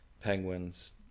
Penguins